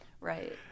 Right